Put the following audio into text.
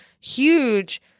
huge